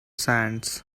sands